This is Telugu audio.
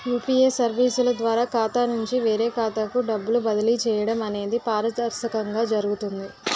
యూపీఏ సర్వీసుల ద్వారా ఖాతా నుంచి వేరే ఖాతాకు డబ్బులు బదిలీ చేయడం అనేది పారదర్శకంగా జరుగుతుంది